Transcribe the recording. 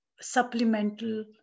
supplemental